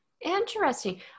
Interesting